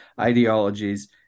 ideologies